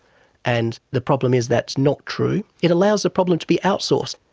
and the problem is that's not true. it allows the problem to be outsourced.